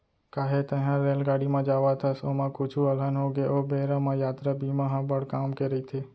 काहे तैंहर रेलगाड़ी म जावत हस, ओमा कुछु अलहन होगे ओ बेरा म यातरा बीमा ह बड़ काम के रइथे